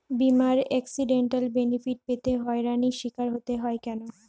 বিমার accidental benefit পেতে হয়রানির স্বীকার হতে হয় কেন?